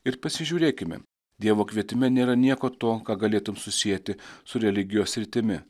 ir pasižiūrėkime dievo kvietime nėra nieko to ką galėtum susieti su religijos sritimi